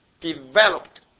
developed